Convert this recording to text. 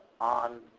on